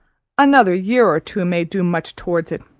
another year or two may do much towards it,